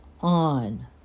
on